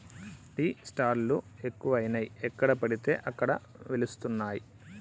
tea stall లు ఎక్కువయినాయి ఎక్కడ పడితే అక్కడ వెలుస్తానయ్